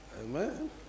Amen